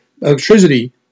electricity